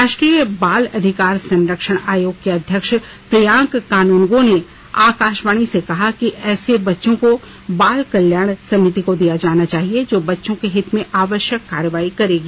राष्ट्रीय बाल अधिकार संरक्षण आयोग के अध्यक्ष प्रियांक कानूनगो ने आकाशवाणी से कहा कि ऐसे बच्चे को बाल कल्याण समिति को दिया जाना चाहिए जो बच्चे के हित में आवश्यक कार्रवाई करेगी